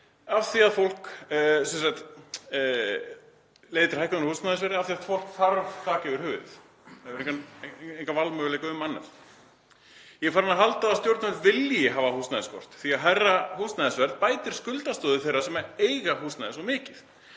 á húsnæði leiðir til hækkunar á húsnæðisverði af því að fólk þarf þak yfir höfuðið. Það hefur enga valmöguleika um annað. Ég er farinn að halda að stjórnvöld vilji hafa húsnæðisskort því að hærra húsnæðisverð bætir skuldastöðu þeirra sem eiga húsnæði svo mikið,